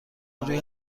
روی